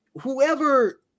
whoever